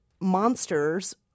monsters